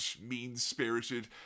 mean-spirited